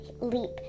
leap